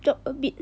drop a bit